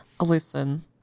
Listen